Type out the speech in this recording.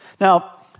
Now